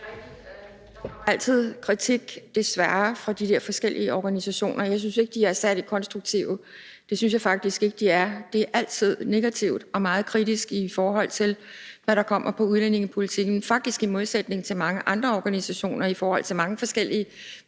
kommer kritik, desværre, fra de der forskellige organisationer. Jeg synes ikke, de er særlig konstruktive. Det synes jeg faktisk ikke de er. Det er altid negativt og meget kritisk, i forhold til hvad der kommer på udlændingepolitikken. Det er faktisk i modsætning til mange andre organisationer på mange forskellige